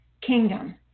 kingdom